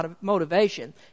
motivation